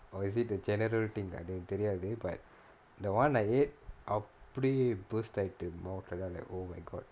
or is it a general thing அது எனக்கு தெரியாது:athu enakku theriyaathu but the [one] I ate அப்படி:appadi burst ஆயிட்டு:aayeettu I was like oh my god